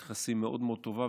מערכת היחסים מאוד מאוד טובה.